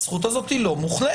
הזכות הזאת היא לא מוחלטת.